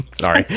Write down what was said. Sorry